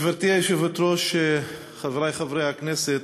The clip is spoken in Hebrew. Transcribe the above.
גברתי היושבת-ראש, חברי חברי הכנסת,